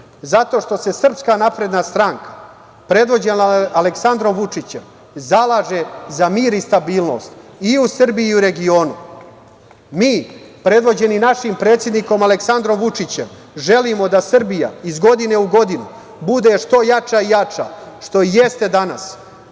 zato što se SNS predvođena Aleksandrom Vučićem zalaže i za mir i stabilnost i u Srbiji i regionu. Mi, prevođeni našim predsednikom Aleksandrom Vučićem, želimo da Srbija iz godine u godinu bude što jača i jača, što i jeste danas. Vlada